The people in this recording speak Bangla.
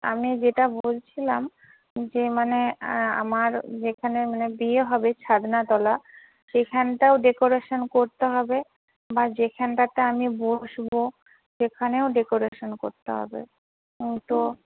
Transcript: আমি যেটা বলছিলাম যে মানে আমার যেখানে মানে বিয়ে হবে ছাদনাতলা সেখানটাও ডেকোরেশন করতে হবে বা যেখানটাতে আমি বসব সেখানেও ডেকোরেশন করতে হবে তো